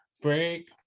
break